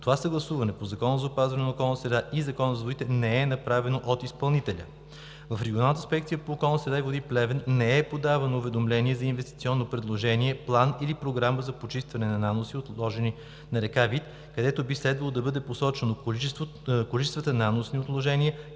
Това съгласуване по Закона за опазване на околната среда и Закона за водите не е направено от изпълнителя. В Регионалната инспекция по околна среда и води – Плевен, не е подавано уведомление за инвестиционно предложение, план или програма за почистване на наносни отложения на река Вит, където би следвало да бъдат посочени количествата наносни отложения,